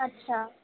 আচ্ছা